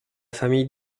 famille